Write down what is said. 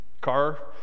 car